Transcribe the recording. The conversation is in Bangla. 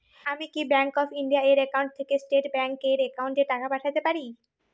আমি কি ব্যাংক অফ ইন্ডিয়া এর একাউন্ট থেকে স্টেট ব্যাংক এর একাউন্টে টাকা পাঠাতে পারি?